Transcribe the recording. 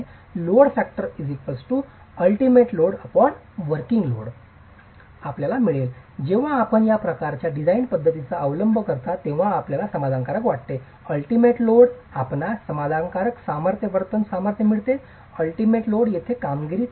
load factor Load factor ultimate load Ultimate loadवोर्किंग load आपल्याला मिळेल जेव्हा आपण या प्रकारच्या डिझाइन पद्धतीचा अवलंब करता तेव्हा आपल्याला समाधानकारक वाटते अलटीमेट लोड आपणास समाधानकारक सामर्थ्य वर्तन सामर्थ्य मिळते अलटीमेट लोड येथे कामगिरी